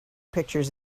pictures